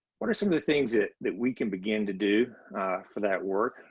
what are some of the things that that we can begin to do for that work?